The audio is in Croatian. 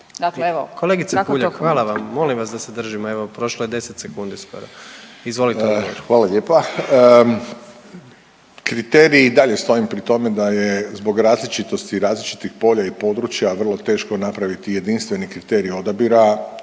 Dakle evo, kako to